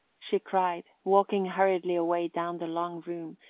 she cried, walking hurriedly away down the long room,